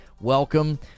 Welcome